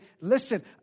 Listen